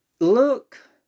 Look